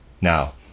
Now